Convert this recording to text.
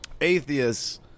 atheists